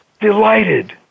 Delighted